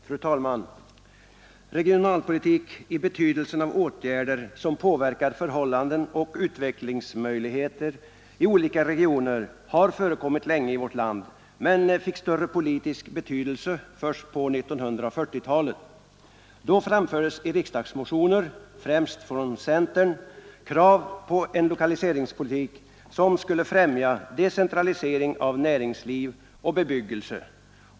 Fru talman! Regionalpolitik i betydelsen åtgärder som påverkar förhållanden och utvecklingsmöjligheter i olika regioner har förekommit länge i vårt land men fick större politisk betydelse först på 1940-talet. Då framfördes i riksdagsmotioner, främst från dåvarande bondeförbundet, krav på en lokaliseringspolitik som skulle främja decentralisering av näringsliv och bebyggelse.